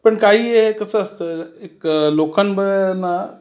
पण काही हे कसं असतं एक लोकां ब ना